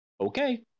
okay